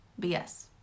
BS